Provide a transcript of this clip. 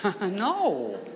no